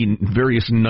various